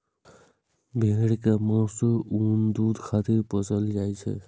भेड़ कें मासु, ऊन आ दूध खातिर पोसल जाइ छै